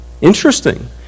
Interesting